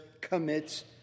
commits